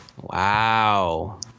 Wow